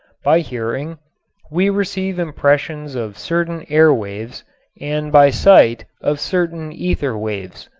by hearing we receive impressions of certain air waves and by sight of certain ether waves.